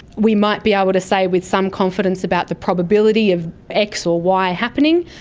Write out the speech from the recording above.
we might be able to say with some confidence about the probability of x or y happening,